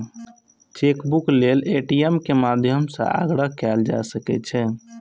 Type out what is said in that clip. chequebook लेल ATM के माध्यम सं आग्रह कैल जा सकै छै